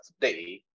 today